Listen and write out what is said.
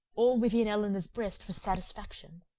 all within elinor's breast was satisfaction,